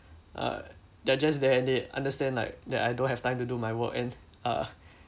uh they're just there and they understand like that I don't have time to do my work and uh